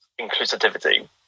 inclusivity